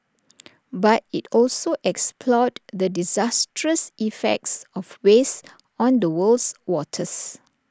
but IT also explored the disastrous effects of waste on the world's waters